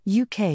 UK